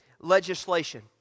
legislation